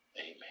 Amen